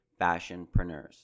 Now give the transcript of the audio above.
fashionpreneurs